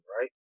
right